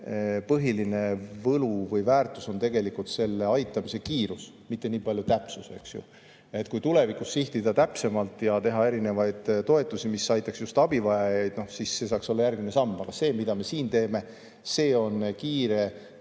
põhiline võlu või väärtus on selle aitamise kiiruses, mitte niipalju täpsuses, eks ju. Kui tulevikus sihtida täpsemalt ja teha erinevaid toetusi, mis aitaks just abivajajaid, siis see saaks olla järgmine samm. Aga see, mida me siin teeme, on kiire